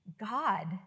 God